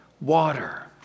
water